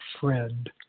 friend